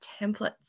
templates